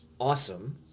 awesome